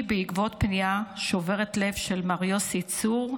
בעקבות פנייה שוברת לב של מר יוסי צור,